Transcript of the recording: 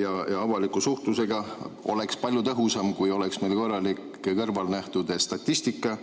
ja avaliku suhtluse abil. Oleks palju tõhusam, kui meil oleks korralik kõrvalnähtude statistika